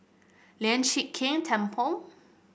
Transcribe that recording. Lian Chee Kek Temple